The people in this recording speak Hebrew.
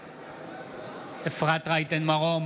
בעד אפרת רייטן מרום,